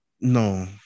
no